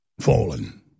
Fallen